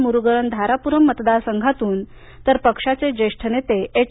मुरुगन धारापुरम मतदारसंघातून तर पक्षाचे ज्येष्ठ नेते एच